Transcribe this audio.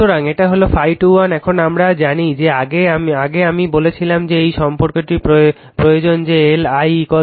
সুতরান্ত এটা হলো ∅2 1 এখন আমরা জানি যে আগে আমি বলেছিলাম যে এই সম্পর্কটি প্রয়োজন যে L I N ∅